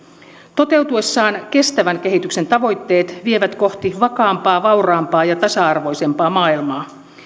toteutuessaan kestävän kehityksen tavoitteet vievät kohti vakaampaa vauraampaa ja tasa arvoisempaa maailmaa